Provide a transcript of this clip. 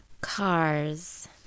Cars